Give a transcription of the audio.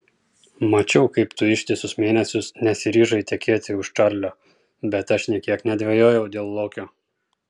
mačiau kaip tu ištisus mėnesius nesiryžai tekėti už čarlio bet aš nė kiek nedvejojau dėl lokio